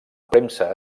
premsa